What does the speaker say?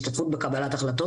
ושל השתתפות בקבלת החלטות.